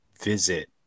visit